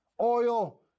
Oil